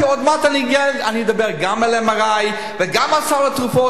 כי עוד מעט אני אדבר גם על MRI וגם על סל התרופות.